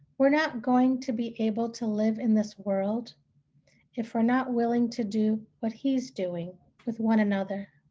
we're not going to be able to live in this world if we're not willing to do what he's doing with one another.